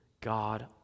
God